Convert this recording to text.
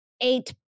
eight